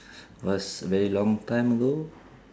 was very long time ago